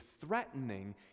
threatening